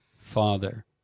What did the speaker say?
Father